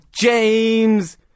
James